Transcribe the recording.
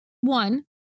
one